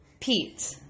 Pete